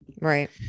Right